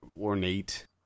ornate